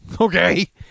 Okay